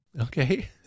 Okay